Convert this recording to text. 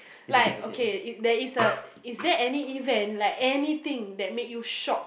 like okay there is a is there any event like anything that made you shock